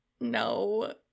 no